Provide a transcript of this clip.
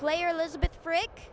player elizabeth frick